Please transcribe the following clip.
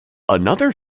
another